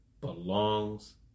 belongs